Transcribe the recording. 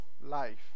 life